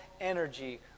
energy